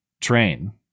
train